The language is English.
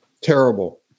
Terrible